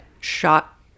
shot